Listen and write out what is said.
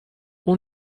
اون